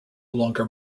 longer